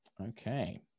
okay